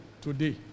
today